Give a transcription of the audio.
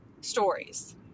stories